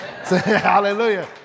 Hallelujah